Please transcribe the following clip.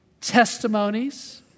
testimonies